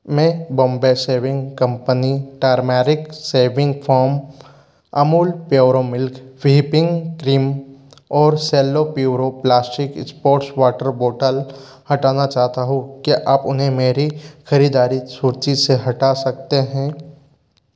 मैं Bombay shaving company turmeric shaving foam Amul puro milk whipping cream और Cello puro plastic sports water bottle हटाना चाहता हूँ क्या आप उन्हें मेरी खरीददारी सूची से हटा सकते हैं